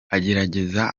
agerageza